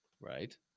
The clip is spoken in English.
Right